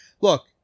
look